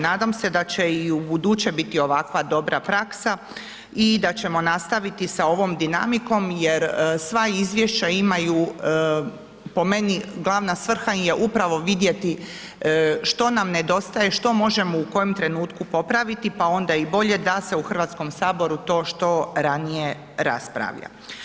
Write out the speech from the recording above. Nadam se da će i ubuduće biti ovakva dobra praksa i da ćemo nastaviti sa ovom dinamikom jer sva izvješća imaju po meni, glavna svrha im je upravo vidjeti što nam nedostaje, što možemo u kojem trenutku popraviti pa onda i bolje da se u Hrvatskom saboru to što ranije raspravlja.